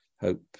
hope